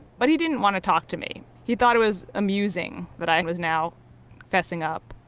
but he didn't want to talk to me. he thought it was amusing that i was now fessing up,